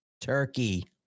Turkey